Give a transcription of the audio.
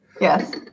Yes